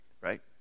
right